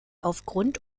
aufgrund